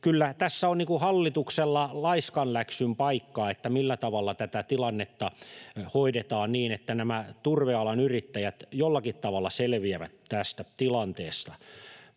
Kyllä tässä on hallituksella laiskanläksyn paikka, että millä tavalla tätä tilannetta hoidetaan niin, että nämä turvealan yrittäjät jollakin tavalla selviävät tästä tilanteesta.